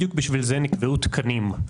בדיוק בשביל זה נקבעו תקנים.